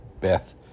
Beth